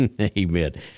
Amen